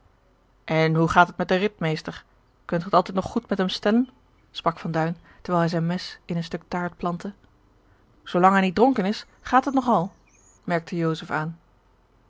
en hoe gaat het met den ridmeester kunt ge het altijd nog goed met hem stellen sprak van duin terwijl hij zijn mes in een stuk taart plantte zoo lang hij niet dronken is gaat het nog al merkte joseph aan